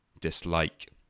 dislike